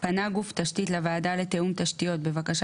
פנה גוף תשתית לוועדה לתיאום תשתיות בבקשה